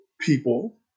people